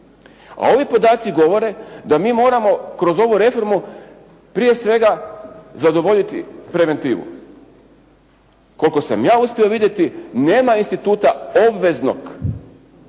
A ovi podaci govore da mi moramo kroz ovu reformu prije svega zadovoljiti preventivu. Koliko sam ja uspio vidjeti nema instituta obveznog